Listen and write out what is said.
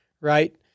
Right